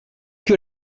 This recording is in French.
que